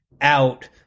out